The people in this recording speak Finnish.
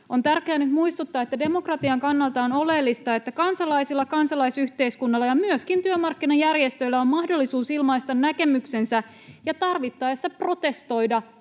On tärkeää nyt muistuttaa, että demokratian kannalta on oleellista, että kansalaisilla, kansalaisyhteiskunnalla ja myöskin työmarkkinajärjestöillä on mahdollisuus ilmaista näkemyksensä ja tarvittaessa protestoida